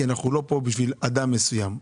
כי אנחנו לא פה בשביל אדם מסוים,